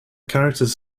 characters